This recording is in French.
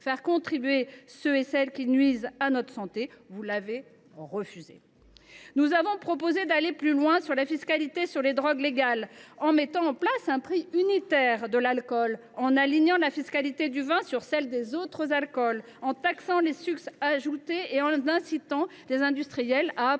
faire contribuer ceux qui nuisent à notre santé. Vous l’avez refusé. Nous avons proposé d’aller plus loin sur la fiscalité sur les drogues légales, en mettant en place un prix unitaire de l’alcool, en alignant la fiscalité du vin sur celle des autres alcools, en taxant les sucres ajoutés et en incitant les industriels à apposer